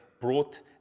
brought